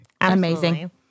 Amazing